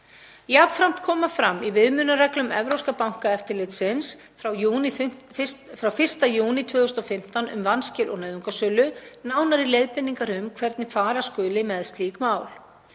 Jafnframt koma fram í viðmiðunarreglum Evrópska bankaeftirlitsins frá 1. júní 2015, um vanskil og nauðungarsölu, nánari leiðbeiningar um hvernig fara skuli með slík mál.